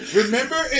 remember